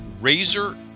razor-